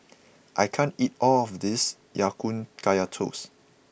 I can't eat all of this Ya Kun Kaya Toast